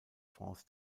france